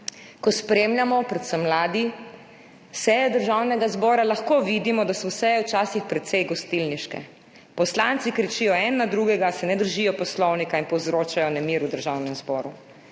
Ko spremljamo, predvsem mladi, seje Državnega zbora, lahko vidimo, da so seje včasih precej gostilniške, poslanci kričijo en na drugega, se ne držijo Poslovnika in povzročajo nemir v Državnem zboru